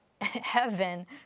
heaven